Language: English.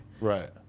Right